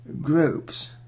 groups